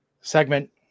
segment